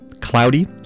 cloudy